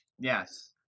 Yes